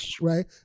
right